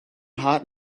hot